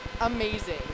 amazing